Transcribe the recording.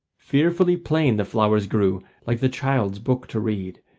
fearfully plain the flowers grew, like the child's book to read,